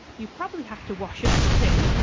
you probably have to wash up too,